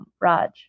Raj